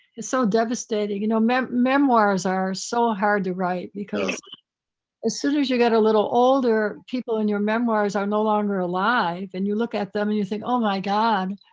it's so devastating. you know, memoirs are so hard to write because as soon as you got a little older, people in your memoirs are no longer alive and you look at them and you think, oh my god,